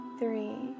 three